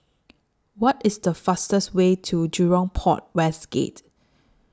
What IS The fastest Way to Jurong Port West Gate